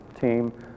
team